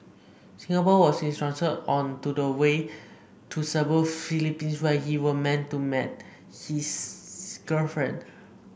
Singapore was his transit on to the way to Cebu Philippines where he was meant to meet his girlfriend